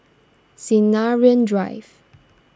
Sinaran Drive